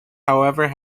however